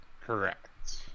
Correct